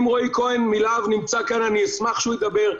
אם רועי כהן מלה"ב נמצא כאן, אני אשמח שהוא ידבר.